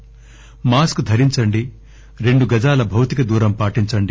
mask ధరించండి రెండు గజాల భౌతికదూరం పాటించండి